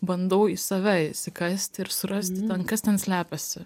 bandau į save įsikasti ir surast kas ten slepiasi